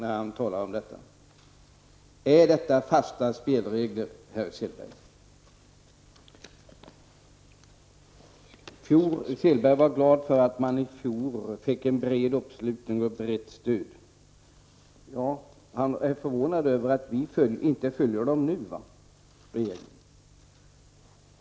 Är detta fasta spelregler, herr Selberg? Åke Selberg säger att han var glad över att man i fjol fick en bred uppslutning för ett brett stöd. Han är förvånad över att vi inte vill följa regeringen i år.